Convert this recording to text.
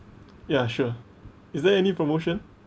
ya sure is there any promotion